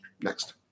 Next